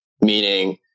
Meaning